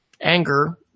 anger